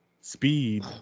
speed